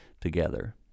together